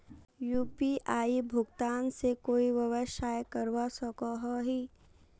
UPI भुगतान से कोई व्यवसाय करवा सकोहो ही?